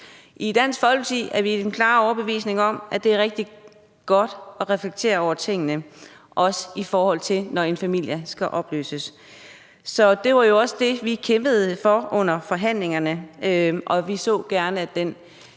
I Dansk Folkeparti er vi af den klare overbevisning, at det er rigtig godt at reflektere over tingene, når en familie skal opløses, og vi kæmpede også for refleksionsperioden under forhandlingerne. Vi så gerne, at den